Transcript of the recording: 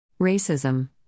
Racism